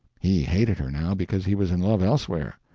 he hated her now, because he was in love elsewhere.